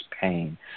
pain